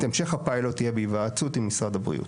יימשך הפיילוט יהיה בהיוועצות עם משרד הבריאות.